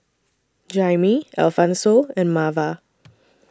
Jaimie Alphonso and Marva